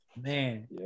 Man